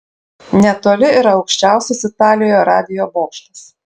netoli yra aukščiausias italijoje radijo bokštas